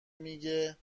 میگه